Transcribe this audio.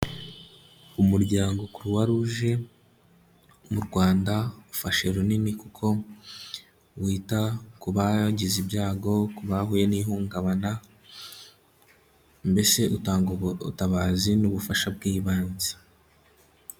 Umuryango Croix Rouge mu Rwanda ufashe runini, kuko wita ku bagize ibyago, ku bahuye n'ihungabana, mbese utanga ubutabazi n'ubufasha bw'ibanze.